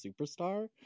superstar